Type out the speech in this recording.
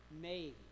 made